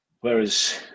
whereas